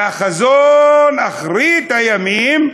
וחזון אחרית הימים,